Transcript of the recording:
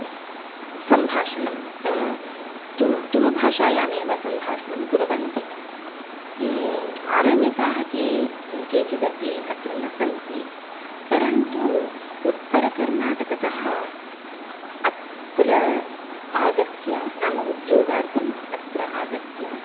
सम्भाषणं तुळुभाषायामेव सम्भाषणं कुर्वन्ति आरण्यकाः के केचिदपि अत्र न सन्ति परन्तु उत्तरकर्नाटकतः अत्र आगत्य नाम उद्योगार्थम् अत्र आगत्य